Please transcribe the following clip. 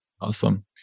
Awesome